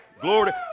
Glory